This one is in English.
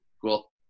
Cool